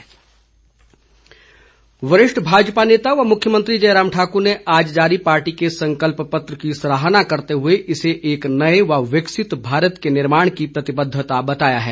मुख्यमंत्री वरिष्ठ भाजपा नेता व मुख्यमंत्री जयराम ठाकुर ने आज जारी पार्टी के संकल्प पत्र की सराहना करते हुए इसे एक नए व विकसित भारत के निर्माण की प्रतिबद्धता बताया है